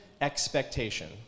expectation